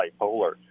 bipolar